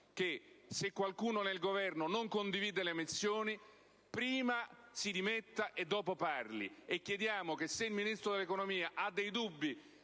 che, se qualcuno nel Governo non condivide le missioni, prima si dimetta e dopo parli; chiediamo che il Ministro dell'economia, se ha dubbi